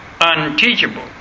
unteachable